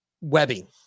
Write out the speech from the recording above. webbing